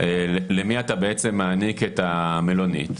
למי אתה מעניק את המלונית.